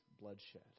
bloodshed